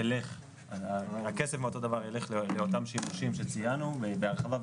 הכסף ילך לאותם שימושים שציינו בהרחבה,